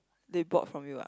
they bought from you ah